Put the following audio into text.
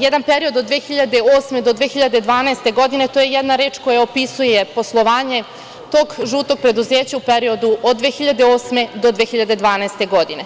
jedan period od 2008. do 2012. godine, to je jedna reč koja opisuje poslovanje tog žutog preduzeća u periodu od 2008. do 2012. godine.